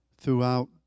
throughout